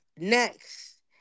Next